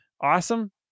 awesome